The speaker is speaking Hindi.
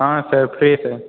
हाँ सर फ्रेश है